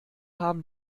haben